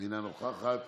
אינה נוכחת,